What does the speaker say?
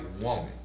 woman